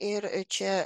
ir čia